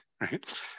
right